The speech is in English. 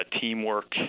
teamwork